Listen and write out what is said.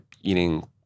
eating